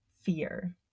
fear